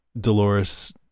Dolores